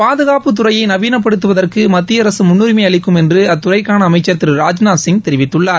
பாதுகாப்பு தறையை நவீனப்படுத்துவதற்கு மத்திய அரசு முன்னுரிமை அளிக்கும் என்று அத்துறைக்கான அமைச்சர் திரு ராஜ்நாத் சிங் தெரிவித்துள்ளார்